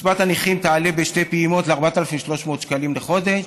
קצבת הנכים תעלה בשתי פעימות ל-4,300 שקלים לחודש,